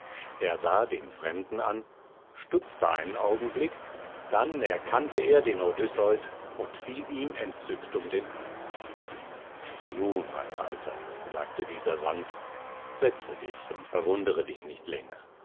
er sah den fremden an stutzte einen augenblick dann erkannte er den odysseus und fiel ihm entzückt um den hals nun mein alter sagte dieser sanft setze dich und verwundere dich nicht länger